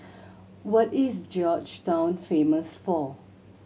what is Georgetown famous for